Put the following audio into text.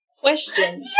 Question